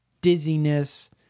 dizziness